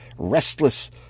restless